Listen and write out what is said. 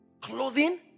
clothing